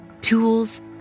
tools